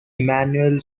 emanuel